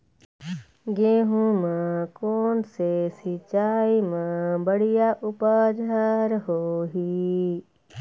गेहूं म कोन से सिचाई म बड़िया उपज हर होही?